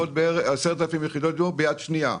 אלפים יחידות דיור ביד שנייה.